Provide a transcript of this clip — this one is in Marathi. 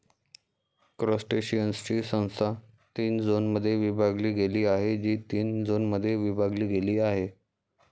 क्रस्टेशियन्सची संस्था तीन झोनमध्ये विभागली गेली आहे, जी तीन झोनमध्ये विभागली गेली आहे